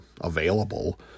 available